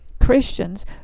Christians